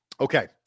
Okay